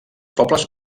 pobles